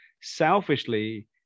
Selfishly